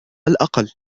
الأقل